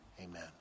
amen